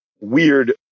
weird